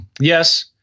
Yes